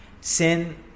Sin